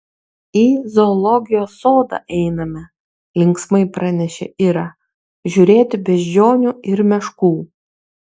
į zoologijos sodą einame linksmai pranešė ira žiūrėti beždžionių ir meškų